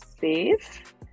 safe